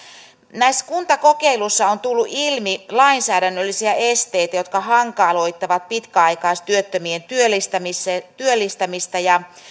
näissä kuntakokeiluissa on tullut ilmi lainsäädännöllisiä esteitä jotka hankaloittavat pitkäaikaistyöttömien työllistämistä työllistämistä